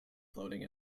floating